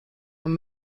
man